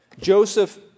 Joseph